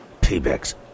Payback's